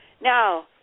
Now